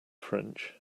french